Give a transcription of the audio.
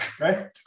Right